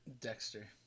Dexter